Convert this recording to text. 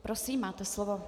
Prosím, máte slovo.